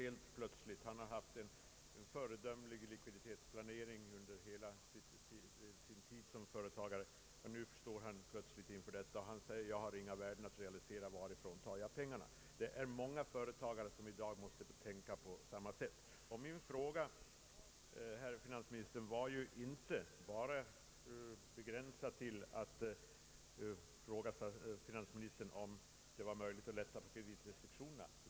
Han har haft en föredömlig likviditetsplanering under hela sin tid som företagare, men nu står han plötsligt inför denna situation. Han hade inga värden att realisera och visste inte varifrån han skulle ta pengarna. Normalt hade han utan tvekan kunnat vända sig till sin bank, men i dag går inte detta. Det är många företagare som i dag befinner sig i samma situation. Min fråga, herr finansminister, var inte begränsad till huruvida det var möjligt att lätta på kreditrestriktionerna.